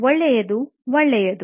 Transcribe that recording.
ಒಳ್ಳೆಯದು ಒಳ್ಳೆಯದು